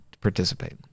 participate